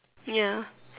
ya